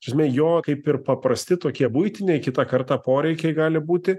žinai jo kaip ir paprasti tokie buitiniai kitą kartą poreikiai gali būti